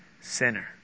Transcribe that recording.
sinner